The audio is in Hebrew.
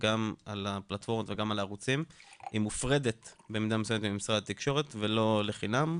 ועדת פולקמן בעצם המליצה את אותן המלצות שדנו על כך בשימוע.